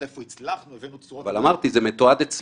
לראות איפה הבאתם תשואות טובות -- זה מתועד אצלנו.